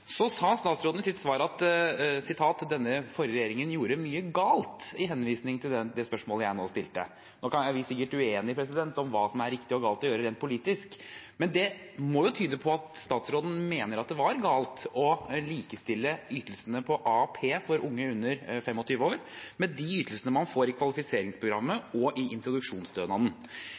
sa i sitt svar at den forrige regjeringen gjorde mye galt, under henvisning til det spørsmålet jeg stilte. Nå er vi sikkert uenige om hva som er riktig og galt å gjøre rent politisk, men det må jo tyde på at statsråden mener det var galt å likestille ytelsene på AAP for unge under 25 år med de ytelsene man får i kvalifiseringsprogrammet og introduksjonsstønaden.